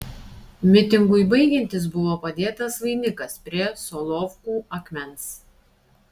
mitingui baigiantis buvo padėtas vainikas prie solovkų akmens